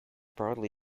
broadly